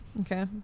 Okay